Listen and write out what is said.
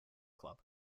club